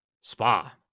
Spa